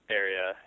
area